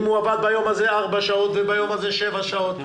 אם הוא עבד ביום הזה ארבע שעות וביום הזה שבע שעות.